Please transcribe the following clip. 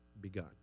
begun